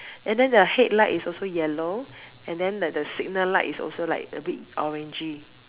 and then the headlight is also yellow and then like the signal light is also like a bit orangey